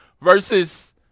versus